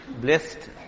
blessed